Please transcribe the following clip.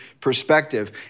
perspective